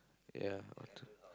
ya what to